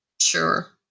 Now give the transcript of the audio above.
sure